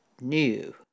new